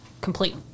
complete